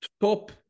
top